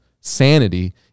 sanity